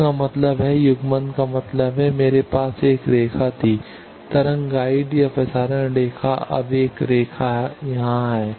इसका मतलब है युग्मन का मतलब है मेरे पास एक रेखा थी तरंग गाइड या प्रसारण रेखा अब एक और रेखा यहां है